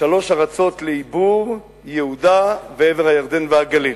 ששלוש ארצות לעיבור: יהודה ועבר הירדן והגליל.